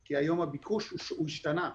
כי היום הביקוש השתנה.